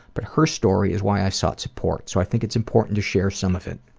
but her story is why i sought support so i think it's important to share some of it.